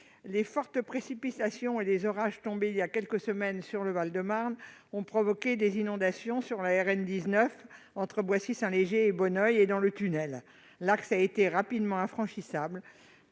Les fortes précipitations et les orages intervenus voilà quelques semaines dans le Val-de-Marne ont provoqué des inondations sur la RN 19, entre Boissy-Saint-Léger et Bonneuil-sur-Marne, dans le tunnel. L'axe a été rapidement infranchissable,